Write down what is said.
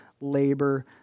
labor